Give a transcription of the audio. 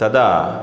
तदा